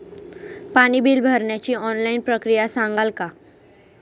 पाणी बिल भरण्याची ऑनलाईन प्रक्रिया सांगाल का?